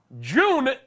June